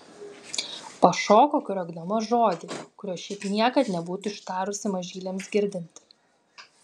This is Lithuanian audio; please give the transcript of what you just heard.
pašoko kriokdama žodį kurio šiaip niekad nebūtų ištarusi mažyliams girdint